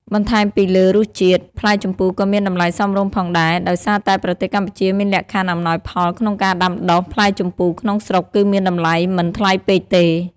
បន្ថែមពីលើរសជាតិ ផ្លែជម្ពូក៏មានតម្លៃសមរម្យផងដែរ ដោយសារតែប្រទេសកម្ពុជាមានលក្ខខណ្ឌអំណោយផលក្នុងការដាំដុះ ផ្លែជម្ពូក្នុងស្រុកគឺមានតម្លៃមិនថ្លៃពេកទេ។